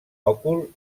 òcul